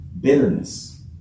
Bitterness